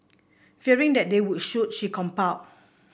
fearing that they would shoot she complied